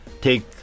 take